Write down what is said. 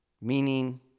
meaning